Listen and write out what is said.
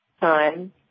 time